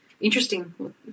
interesting